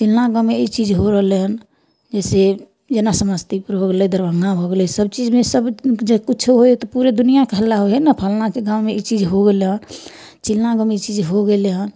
चिल्लाँ गाँवमे ई चीज हो रहलै हन जैसे जेना समस्तीपुर हो गेलै दरभंगा हो गेलै सब चीजमे सब चीज जे किछो होइ हइ तऽ पूरे दुनिऑंके हल्ला होइ हइ ने फल्लाँके गाँवमे ई चीज हो गेलै हँ चिल्लाँ गाँवमे ई चीज हो गेलै हन